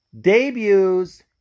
Debuts